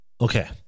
Okay